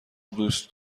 دوست